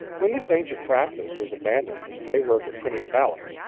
when this ancient practice was abandoned in favor of the printed ballot,